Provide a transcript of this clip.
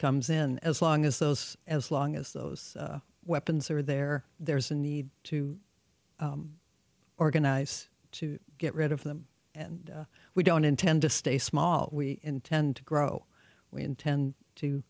comes in as long as those as long as those weapons are there there's a need to organize to get rid of them and we don't intend to stay small we intend to grow we intend